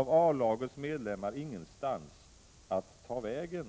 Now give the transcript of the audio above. Så är de" i så gott som vartenda samhälle.